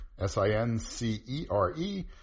S-I-N-C-E-R-E